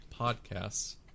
podcasts